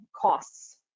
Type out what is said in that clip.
costs